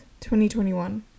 2021